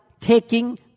taking